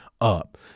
up